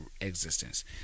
existence